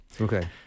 Okay